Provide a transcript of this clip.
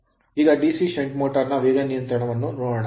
ಈಗ DC shunt motor shunt motor ನ ವೇಗ ನಿಯಂತ್ರಣವನ್ನು ನೋಡೋಣ